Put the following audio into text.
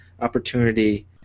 opportunity